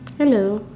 hello